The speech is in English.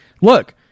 look